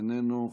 איננו,